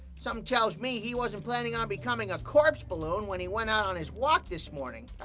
something tells me he wasn't planning on becoming a corpse balloon when he went out on his walk this morning.